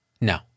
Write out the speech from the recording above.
no